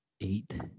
eight